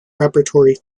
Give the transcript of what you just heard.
repertory